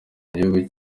mugihugu